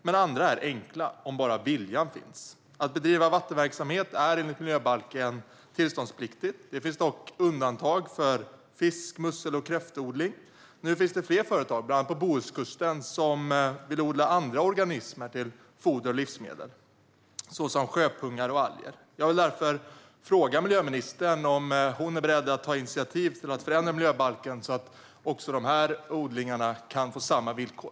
Men andra är enkla, om bara viljan finns. Att bedriva vattenverksamhet är tillståndspliktigt enligt miljöbalken. Det finns dock undantag för fisk, mussel och kräftodling. Nu finns det flera företag, bland annat på Bohuskusten, som vill odla andra organismer till foder och livsmedel, såsom sjöpungar och alger. Jag vill därför fråga miljöministern om hon är beredd att ta initiativ för att förändra miljöbalken så att också de här odlingarna kan få samma villkor.